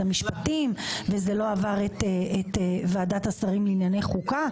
המשפטים וזה לא עבר את ועדת השרים לענייני חוקה.